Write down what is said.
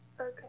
okay